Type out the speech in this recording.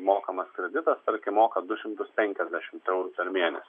mokamas kreditas tarkim moka du šimtus penkiasdešimt eurų per mėnesį